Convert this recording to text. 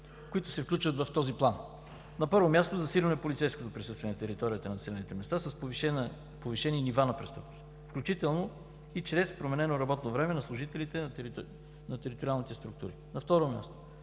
които се включват в плана: На първо място, засилено е полицейското присъствие на територията на населените места с повишени нива на престъпност, включително и чрез променено работно време на служителите от териториалните ни структури. На второ място,